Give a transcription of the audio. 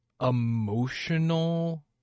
emotional